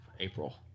April